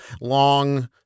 long